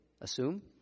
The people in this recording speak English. assume